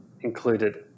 included